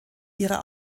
ihrer